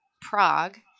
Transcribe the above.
Prague